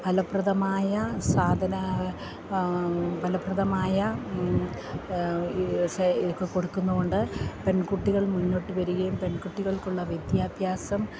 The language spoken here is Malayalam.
ഫലപ്രദമായ കൊടുക്കുന്നതുകൊണ്ട് പെൺകുട്ടികൾ മുന്നോട്ടുവരികയും പെൺകുട്ടികൾക്കുള്ള വിദ്യാഭ്യാസം